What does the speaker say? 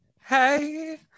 Hey